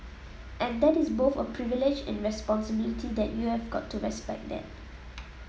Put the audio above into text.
and that is both a privilege and a responsibility and you've got to respect that